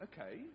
Okay